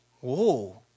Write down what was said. whoa